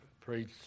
preach